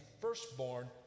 firstborn